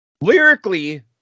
lyrically